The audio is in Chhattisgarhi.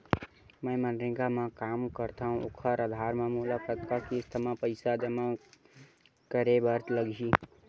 मैं मनरेगा म काम करथव, ओखर आधार म मोला कतना किस्त म पईसा जमा करे बर लगही?